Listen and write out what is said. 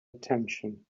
attention